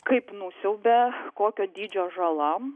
kaip nusiaubė kokio dydžio žala